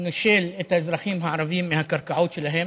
הוא נישל את האזרחים הערבים מהקרקעות שלהם,